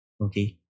Okay